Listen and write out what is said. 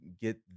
get